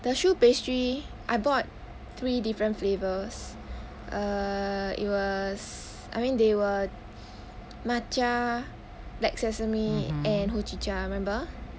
the choux pastry I bought three different flavors err it was I mean they were matcha black sesame and hojicha remember